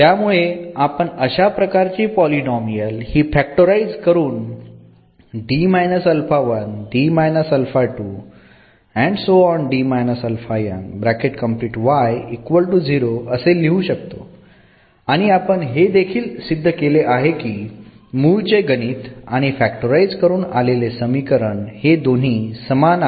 त्यामुळे आपण अशा प्रकारची पॉलीनोमियल ही फॅक्टराइज करून लिहू शकतो आणि आपण हे देखील सिद्ध केले आहे की मूळचे गणित आणि फक्टराइज करून आलेले समीकरण हे दोन्ही समान आहेत